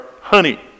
honey